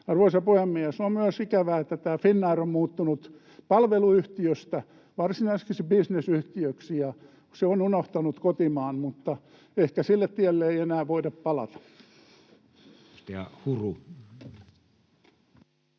Arvoisa puhemies! On myös ikävää, että Finnair on muuttunut palveluyhtiöstä varsinaiseksi bisnesyhtiöksi ja se on unohtanut kotimaan, mutta ehkä sille tielle ei enää voida palata.